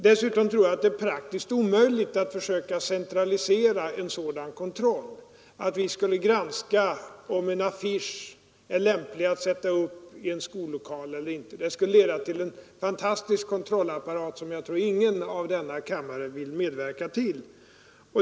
Dessutom tror jag att det är praktiskt omöjligt att försöka centralisera en sådan kontroll — att vi skulle granska om en affisch är lämplig att sättas upp i en skollokal eller inte. Det skulle leda till en fantastisk kontrollapparat som jag tror att ingen i denna kammare vill medverka till.